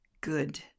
good